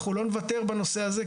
אנחנו לא נוותר בנושא הזה,